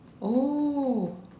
oh